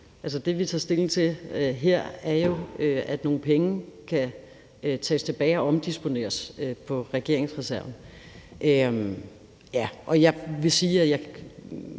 Det, vi tager stilling til her, er jo, at nogle penge kan tages tilbage og omdisponeres på regeringens reserve. Jeg vil sige, at jeg